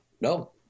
No